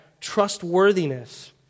trustworthiness